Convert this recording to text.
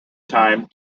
time